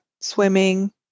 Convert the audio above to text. swimming